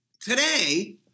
today